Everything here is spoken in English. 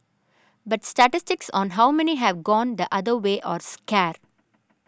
but statistics on how many have gone the other way are scar